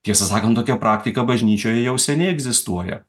tiesą sakant tokia praktika bažnyčioje jau seniai egzistuoja